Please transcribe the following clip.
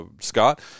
Scott